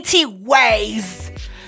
ways